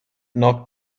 not